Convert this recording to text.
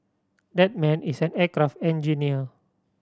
that man is an aircraft engineer